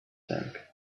tank